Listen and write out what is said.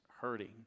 hurting